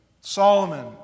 Solomon